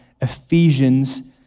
Ephesians